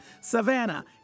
Savannah